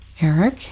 Eric